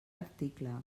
article